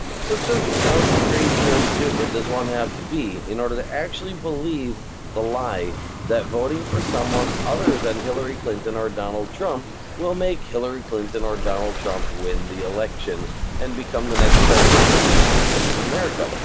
so just how crazy or stupid does one have to be, in order to actually believe the lie that voting for someone other than hillary clinton or donald trump will make hillary clinton or donald trump win the election and become the next president of the united states of america?